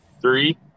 three